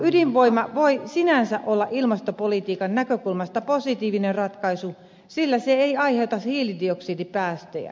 ydinvoima voi sinänsä olla ilmastopolitiikan näkökulmasta positiivinen ratkaisu sillä se ei aiheuta hiilidioksidipäästöjä